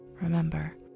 remember